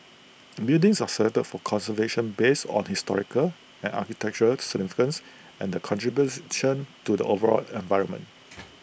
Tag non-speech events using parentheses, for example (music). (noise) buildings are selected for conservation based on historical and architectural significance and the contributes (unintelligible) to the overall environment